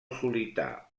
solità